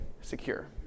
secure